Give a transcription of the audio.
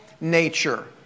nature